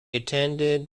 attended